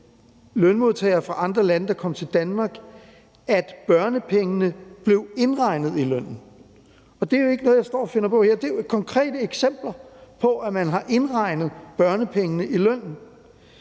lønmodtagere fra andre lande, der er kommet til Danmark, at børnepengene blev indregnet i lønnen. Det er jo ikke noget, jeg står og finder på her. Det er konkrete eksempler på, at man har indregnet børnepengene i lønnen.